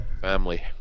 family